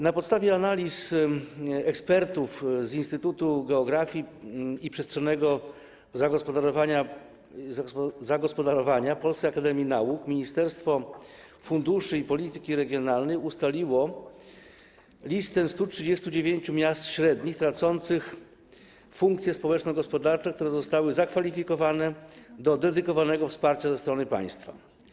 Na podstawie analiz ekspertów z Instytutu Geografii i Przestrzennego Zagospodarowania Polskiej Akademii Nauk Ministerstwo Funduszy i Polityki Regionalnej ustaliło listę 139 średnich miast tracących funkcje społeczno-gospodarcze, które zostały zakwalifikowane do dedykowanego wsparcia ze strony państwa.